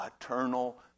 eternal